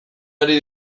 ari